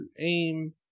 aim